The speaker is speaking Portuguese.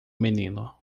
menino